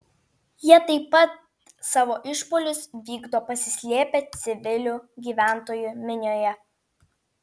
jie taip pat savo išpuolius vykdo pasislėpę civilių gyventojų minioje